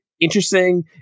interesting